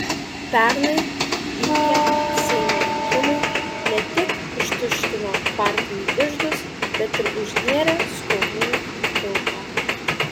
pernai vykę seimo rinkimai ne tik ištuštino partijų iždus bet ir užnėrė skolų kilpą